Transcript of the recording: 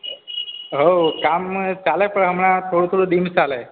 હોવ કામમાં ચાલે પણ હમણાં થોડું થોડું ડિમ ચાલે છે